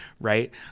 right